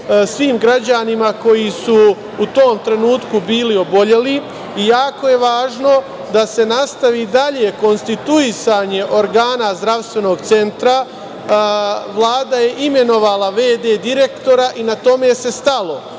svim građanima koji su u tom trenutku bili oboleli i jako je važno da se na stavi dalje konstituisanje organa Zdravstvenog centra. Vlada je imenovala v.d. direktora i na tome se stalo. Ono